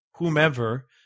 whomever